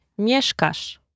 Mieszkasz